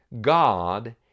God